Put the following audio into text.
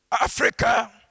Africa